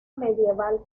medieval